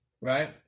right